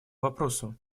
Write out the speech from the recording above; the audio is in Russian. вопросу